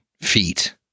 feet